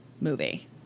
movie